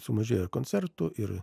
sumažėjo ir koncertų ir